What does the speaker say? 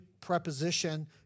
preposition